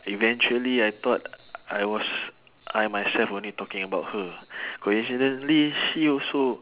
eventually I thought I was I myself only talking about her coincidentally she also